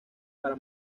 para